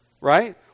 Right